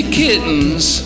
kittens